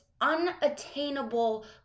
unattainable